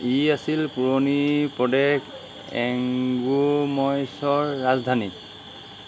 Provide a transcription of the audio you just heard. ই আছিল পুৰণি প্ৰদেশ এংগোম'ইছৰ ৰাজধানী